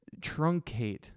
truncate